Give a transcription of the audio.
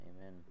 Amen